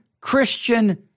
Christian